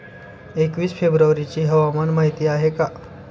एकवीस फेब्रुवारीची हवामान माहिती आहे का?